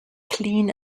clean